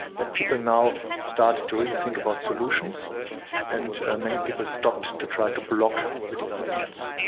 that people now started to really think about solutions and many people stopped to try to block the developments.